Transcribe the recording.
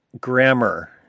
grammar